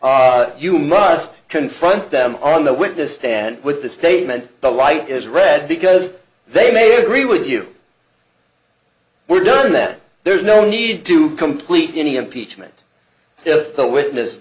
red you must confront them on the witness stand with the statement the light is red because they may agree with you we're done that there's no need to complete any impeachment the witness